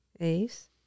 Ace